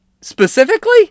Specifically